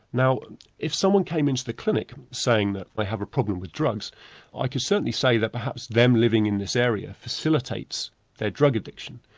now if someone came into the clinic saying that they have a problem with drugs i could certainly say that perhaps them living in this area facilitates their drug addiction.